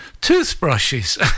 toothbrushes